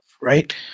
right